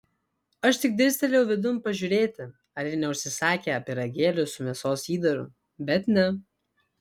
aš tik dirstelėjau vidun pažiūrėti ar jie neužsisakę pyragėlių su mėsos įdaru bet ne